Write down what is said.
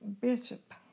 Bishop